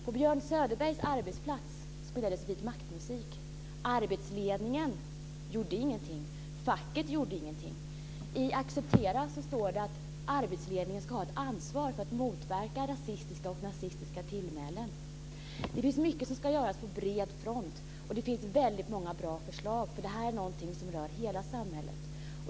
På Björn Söderbergs arbetsplats spelades det vitmaktmusik. Arbetsledningen gjorde ingenting. Facket gjorde ingenting. I utredningen Acceptera! står det att arbetsledningen ska ha ett ansvar för att motverka rasistiska och nazistiska tillmälen. Det är mycket som ska göras på bred front, och det finns väldigt många bra förslag. Detta är någonting som rör hela samhället.